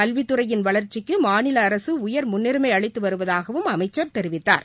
கல்வித்துறையின் வளர்ச்சிக்கு மாநில அரக உயர் முன்னுரிமை அளித்து வருவதாகவும் அமைச்சா் தெரிவித்தார்